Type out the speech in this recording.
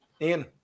Ian